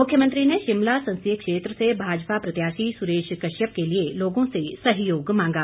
मुख्यमंत्री ने शिमला संसदीय क्षेत्र से भाजपा प्रत्याशी सुरेश कश्यप के लिए लोगों से सहयोग मांगा